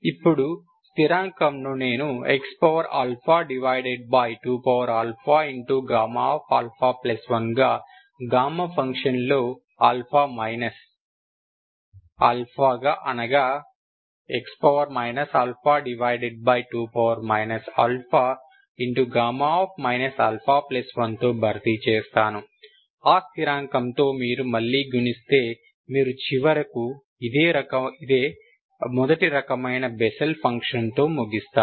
ఇప్పుడు స్థిరాంకంను నేను x2 Γα1 గా గామా ఫంక్షన్లో ఆల్ఫా మైనస్ ఆల్ఫాగా అనగా x α2 α Γ α1 తో భర్తీ చేస్తాను ఆ స్థిరాంకంతో మీరు మళ్లీ గుణిస్తే మీరు చివరకు ఇదే మొదటి రకమైన బెస్సెల్ ఫంక్షన్ తో ముగిస్తారు